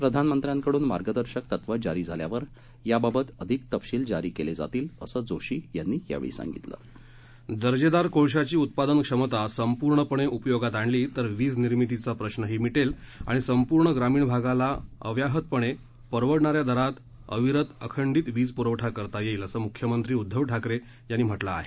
प्रधानमंत्र्यांकडून मार्गदर्शक तत्व जरी झाल्यावर याबाबत अधिक तपशील जरी केले जातील असं जोशी यांनी सांगितलं दर्जेदार कोळशाची उत्पादन क्षमता संपूर्णपणे उपयोगात आणली तर वीज निर्मितीचा प्रश्रही मिटेल आणि संपूर्ण ग्रामीण भागाला अव्याहतपणे परवडणाऱ्या दरात अविरत अखंडित वीज पुरवठा करता येईल असं मुख्यमंत्री उद्घव ठाकरे यांनी म्हटलं आहे